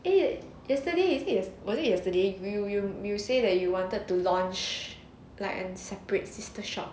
eh yesterday is it was it yesterday you you you say that you wanted to launch like an separate sister shop